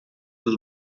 dos